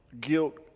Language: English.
guilt